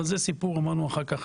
זה סיפור אחר.